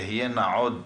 יהיו עוד